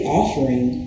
offering